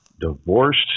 divorced